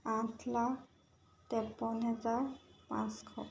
আঠ লাখ তেৱন্ন হেজাৰ পাঁচশ